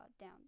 down